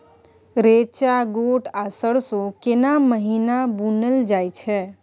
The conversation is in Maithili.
रेचा, गोट आ सरसो केना महिना बुनल जाय छै?